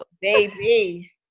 Baby